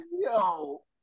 Yo